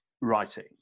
writing